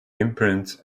imprint